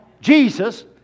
Jesus